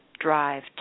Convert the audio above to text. drive